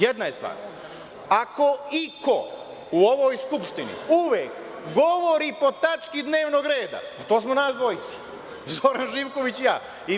Jedna je stvar, ako iko u ovoj Skupštini uvek govorio po tački dnevnog reda, pa to smo nas dvojca, Zoran Živković i ja.